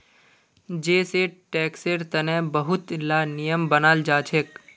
जै सै टैक्सेर तने बहुत ला नियम बनाल जाछेक